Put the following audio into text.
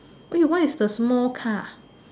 !oi! why is the small car